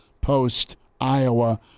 post-Iowa